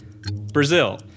Brazil